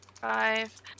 Five